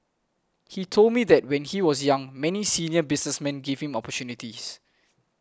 he told me that when he was young many senior businessmen gave him opportunities